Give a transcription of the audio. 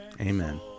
Amen